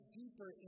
deeper